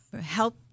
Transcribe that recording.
help